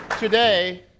Today